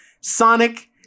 Sonic